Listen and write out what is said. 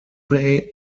bay